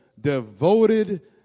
devoted